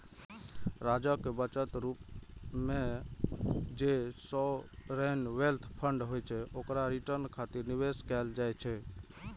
राज्यक बचत रूप मे जे सॉवरेन वेल्थ फंड होइ छै, ओकरा रिटर्न खातिर निवेश कैल जाइ छै